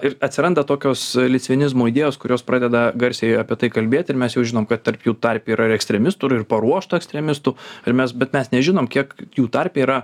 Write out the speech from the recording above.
ir atsiranda tokios litvinizmo idėjos kurios pradeda garsiai apie tai kalbėt ir mes jau žinome kad tarp jų tarpe yra ekstremistų ir paruošta ekstremistų ir mes bet mes nežinom kiek jų tarpe yra